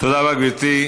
תודה רבה, גברתי.